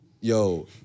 Yo